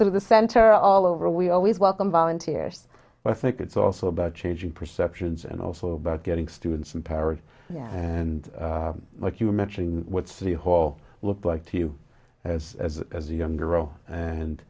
through the center all over we always welcome volunteers but i think it's also about changing perceptions and also about getting students in paris and like you were mentioning what city hall looked like to you as a young girl and